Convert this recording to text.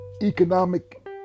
economic